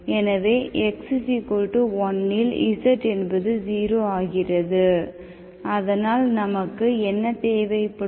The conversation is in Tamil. எனவே x 1 இல் z என்பது 0 ஆகிறது அதனால் நமக்கு என்ன தேவைப்படும்